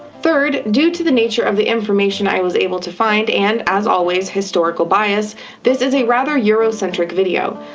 third, due to the nature of the information i was able to find, and as always, historical bias, this is a rather euro-centric video.